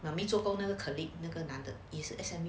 mummy 做工那个 colleague 那个男的也是 S_M_U